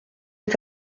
est